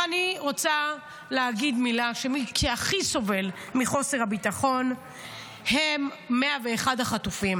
אבל אני רוצה להגיד מילה: מי שהכי סובל מחוסר הביטחון הם 101 החטופים.